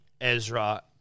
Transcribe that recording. Ezra